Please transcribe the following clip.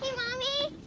yeah mommy.